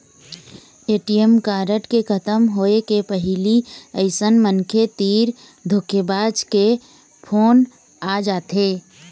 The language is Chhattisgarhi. ए.टी.एम कारड के खतम होए के पहिली अइसन मनखे तीर धोखेबाज के फोन आ जाथे